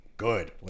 good